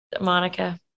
Monica